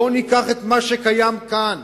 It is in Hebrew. בואו ניקח את מה שקיים כאן,